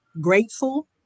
grateful